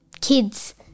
kids